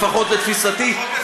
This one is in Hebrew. לפחות לתפיסתי,